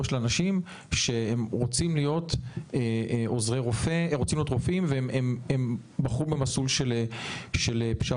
של אנשים שרוצים להיות רופאים והם בחרו במסלול של פשרה.